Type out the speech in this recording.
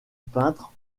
peintre